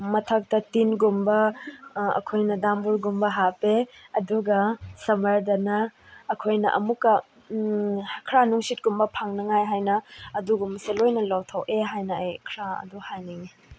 ꯃꯊꯛꯇ ꯇꯤꯟꯒꯨꯝꯕ ꯑꯩꯈꯣꯏꯅ ꯗꯝꯕꯨꯔꯒꯨꯝꯕ ꯍꯥꯞꯄꯦ ꯑꯗꯨꯒ ꯁꯝꯃꯔꯗꯅ ꯑꯩꯈꯣꯏꯅ ꯑꯃꯨꯛꯀ ꯈꯔ ꯅꯨꯡꯁꯤꯠꯀꯨꯝꯕ ꯐꯪꯅꯤꯡꯉꯥꯏ ꯍꯥꯏꯅ ꯑꯗꯨꯒꯨꯝꯕꯁꯦ ꯂꯣꯏꯅ ꯂꯧꯊꯣꯛꯑꯦ ꯍꯥꯏꯅ ꯑꯩ ꯈꯔ ꯑꯗꯨ ꯍꯥꯏꯅꯤꯡꯉꯤ